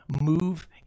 move